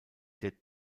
der